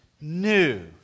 new